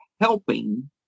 helping